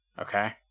Okay